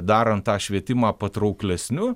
darant tą švietimą patrauklesniu